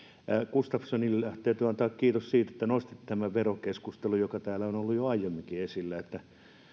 gustafssonille täytyy antaa kiitos siitä että nostitte tämän verokeskustelun joka täällä on ollut jo aiemminkin esillä